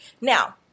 Now